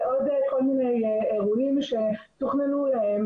ועוד כל מיני אירועים שתוכננו להם.